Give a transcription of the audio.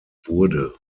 wurde